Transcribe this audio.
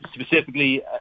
specifically